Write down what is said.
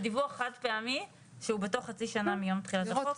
זה דיווח חד פעמי שהוא בתוך חצי שנה מיום דחיית החוק.